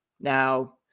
Now